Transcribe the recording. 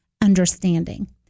understanding